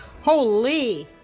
Holy